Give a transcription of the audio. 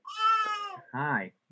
Hi